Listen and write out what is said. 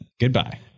Goodbye